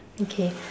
okay